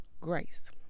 grace